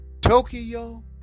Tokyo